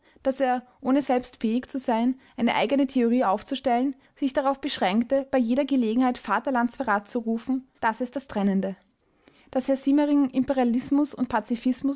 daß er ohne selbst fähig zu sein eine eigene theorie aufzustellen sich darauf beschränkte bei jeder gelegenheit vaterlandsverrat zu rufen das ist das trennende daß herr siemering imperialismus und pazifismus